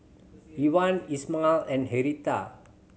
Evon and Hertha